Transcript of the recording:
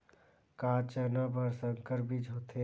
का चना बर संकर बीज होथे?